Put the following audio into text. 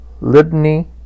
Libni